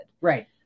Right